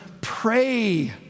pray